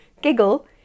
giggle